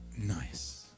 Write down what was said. Nice